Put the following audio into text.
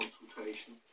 consultation